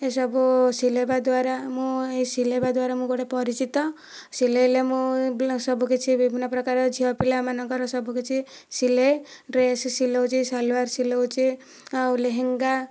ଏସବୁ ସିଲେଇବା ଦ୍ୱାରା ମୁଁ ଏ ସିଲେଇବା ଦ୍ୱାରା ମୁଁ ଗୋଟିଏ ପରିଚିତ ସିଲେଇଲେ ମୁଁ ବ୍ଲା ସବୁ କିଛି ବିଭିନ୍ନ ପ୍ରକାରର ଝିଅ ପିଲା ମାନଙ୍କର ସବୁ କିଛି ସିଲାଏ ଡ୍ରେସ୍ ସିଲଉଛି ସାଲୱାର୍ ସିଲଉଛି ଆଉ ଲେହେଙ୍ଗା